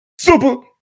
Super